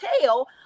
tell